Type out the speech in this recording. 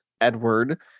Edward